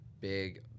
big